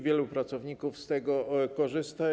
Wielu pracowników z niego korzysta.